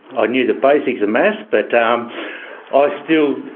i knew the basics of maths but um i still